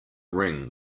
ring